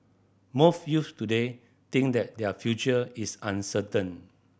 most youths today think that their future is uncertain